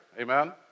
Amen